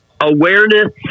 Awareness